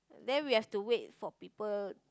then we have to wait for people